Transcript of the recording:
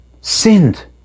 sinned